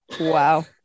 Wow